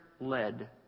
led